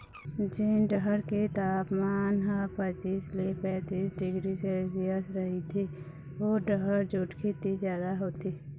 जेन डहर के तापमान ह पचीस ले पैतीस डिग्री सेल्सियस रहिथे ओ डहर जूट खेती जादा होथे